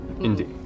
Indeed